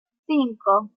cinco